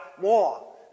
more